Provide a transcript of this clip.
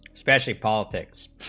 specially politics